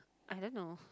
I don't know